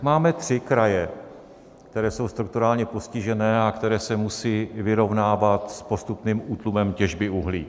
Máme tři kraje, které jsou strukturálně postižené a které se musejí vyrovnávat s postupným útlumem těžby uhlí.